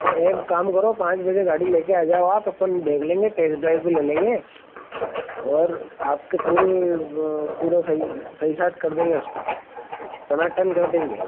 और एक काम करो पाँच बजे गाड़ी लेकर आ जाओ आप अपन देख लेंगे टेस्ट ड्राइव भी ले लेंगे और आपके पूरे ब पूरा सही सही साफ कर देंगे उसको टनाटन कर देंगे